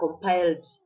compiled